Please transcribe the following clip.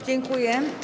Dziękuję.